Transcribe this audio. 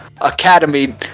Academy